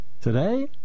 Today